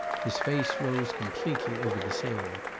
his face rose completely over the sill.